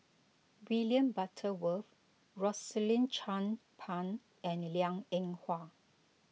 William Butterworth Rosaline Chan Pang and Liang Eng Hwa